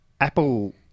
Apple